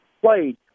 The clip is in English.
played